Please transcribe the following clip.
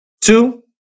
two